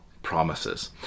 promises